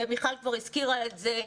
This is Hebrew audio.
ומיכל כבר הזכירה את זה.